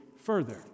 further